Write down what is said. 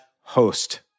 host